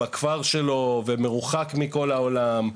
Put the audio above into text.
בכפר שלו ומרוחק מכל העולם,